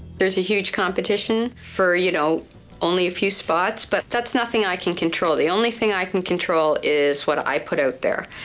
there's a huge competition for you know only a few spots, but that's nothing i can control. the only thing i can control is what i put out there,